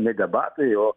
ne debatai o